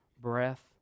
breath